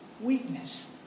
Weakness